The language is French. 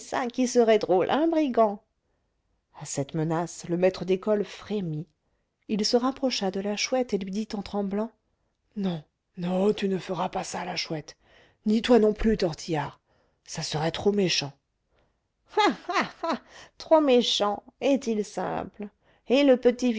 qui serait drôle hein brigand à cette menace le maître d'école frémit il se rapprocha de la chouette et lui dit en tremblant non non tu ne feras pas ça la chouette ni toi non plus tortillard ça serait trop méchant ah ah ah trop méchant est-il simple et le petit